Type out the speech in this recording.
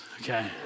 okay